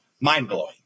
mind-blowing